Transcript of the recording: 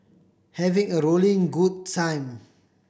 having a rolling good time